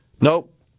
Nope